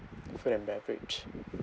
food and beverage